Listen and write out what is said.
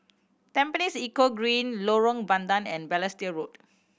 Tampines Eco Green Lorong Bandang and Balestier Road